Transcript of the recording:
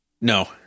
No